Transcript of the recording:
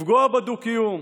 לפגוע בדו-קיום,